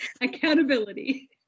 accountability